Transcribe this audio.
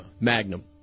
magnum